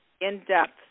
in-depth